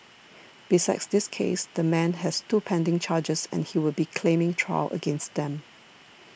besides this case the man has two pending charges and he will be claiming trial against them